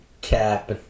Cap